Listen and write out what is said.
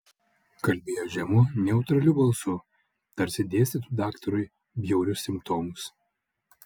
kalbėjo žemu neutraliu balsu tarsi dėstytų daktarui bjaurius simptomus